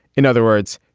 in other words,